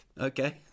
Okay